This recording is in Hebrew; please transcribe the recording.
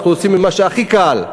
אנחנו עושים את מה שהכי קל.